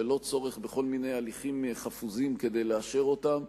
ללא צורך בכל מיני הליכים חפוזים כדי לאשר אותם.